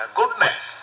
goodness